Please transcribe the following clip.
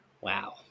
Wow